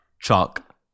Chalk